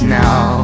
now